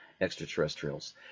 extraterrestrials